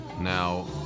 Now